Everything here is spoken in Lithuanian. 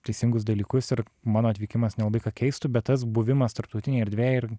teisingus dalykus ir mano atvykimas nelabai ką keistų bet tas buvimas tarptautinėj erdvėj ir